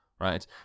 right